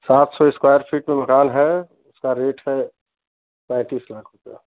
सात सौ square feet में मकान है उसका रेट है पैंतीस लाख रुपया